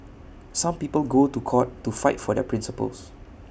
some people go to court to fight for their principles